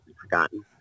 forgotten